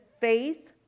faith